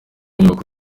nyubako